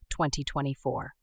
2024